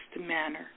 manner